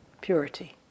purity